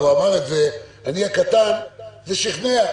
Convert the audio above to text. זה שכנע.